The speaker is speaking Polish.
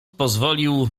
pozwolił